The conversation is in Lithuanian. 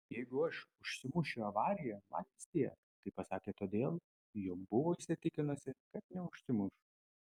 jeigu aš užsimušiu avarijoje man vis tiek tai pasakė todėl jog buvo įsitikinusi kad neužsimuš